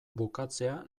bukatzea